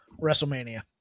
WrestleMania